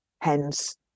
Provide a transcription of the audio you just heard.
Hence